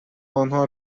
آنها